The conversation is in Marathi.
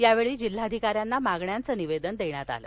यावेळी जिल्हाधिकाऱ्यांना मागण्यांच निवेदन देण्यात आलं